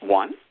one